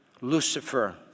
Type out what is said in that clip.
Lucifer